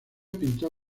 pintó